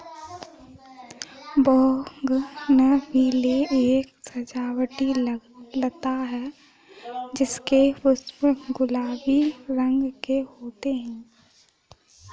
bougainvillea एक सजावटी लता है जिसके पुष्प गुलाबी रंग के होते है